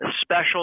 special